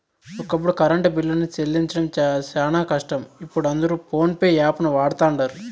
ఒకప్పుడు కరెంటు బిల్లులు సెల్లించడం శానా కష్టం, ఇపుడు అందరు పోన్పే యాపును వాడతండారు